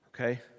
Okay